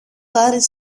χάρη